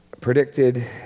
Predicted